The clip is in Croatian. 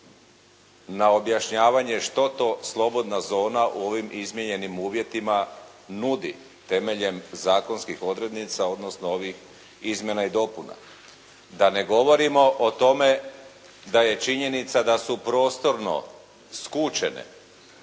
na objašnjavanje što to slobodna zona u ovim izmijenjenim uvjetima nudi temeljem zakonskih odrednica odnosno ovih izmjena i dopuna. Da ne govorimo o tome da je činjenica da su prostorno skučene.